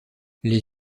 les